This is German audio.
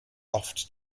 oft